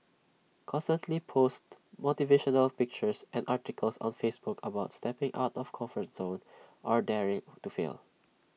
constantly post motivational pictures and articles on Facebook about stepping out of comfort zone or daring to fail